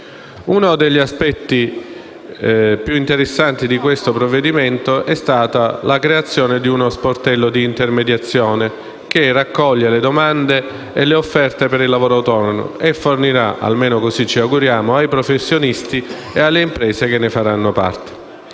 Uno degli aspetti più interessanti di questo provvedimento è stata la creazione di uno sportello di intermediazione, che raccoglierà le domande e le offerte per il lavoro autonomo e fornirà - almeno così ci auguriamo - le informazioni ai professionisti e alle imprese che ne faranno